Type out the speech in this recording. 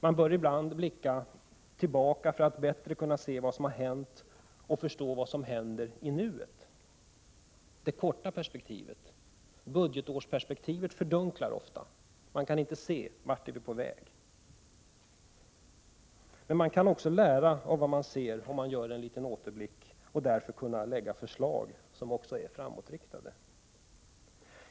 Man bör ibland blicka tillbaka för att bättre kunna se vad som har hänt och förstå vad som händer i nuet. Det korta perspektivet, budgetårsperspektivet, fördunklar ofta. Vi kan inte se vart vi är på väg. Men vi kan lära av det vi ser om vi gör en liten återblick, och då kan vi lägga förslag som också är framåtriktade.